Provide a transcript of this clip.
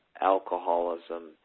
alcoholism